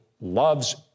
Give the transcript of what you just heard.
loves